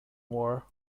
war